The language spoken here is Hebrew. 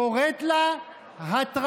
קוראת לה "הטרלה".